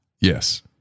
Yes